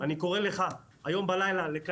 הוא גם לטובת הצרכן כי בסופו של דבר הוא גם יביא,